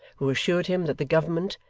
who assured him that the government,